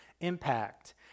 impact